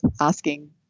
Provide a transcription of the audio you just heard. asking